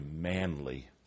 manly